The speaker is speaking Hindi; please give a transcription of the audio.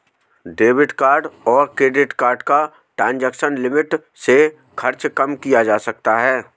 डेबिट कार्ड और क्रेडिट कार्ड का ट्रांज़ैक्शन लिमिट से खर्च कम किया जा सकता है